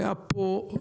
הייתה פה,